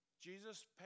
Jesus